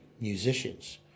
musicians